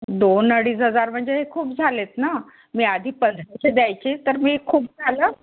दोन अडीज हजार म्हणजे हे खूप झालेत ना मी आधी पंधराशे द्यायची तर मी खूप झालं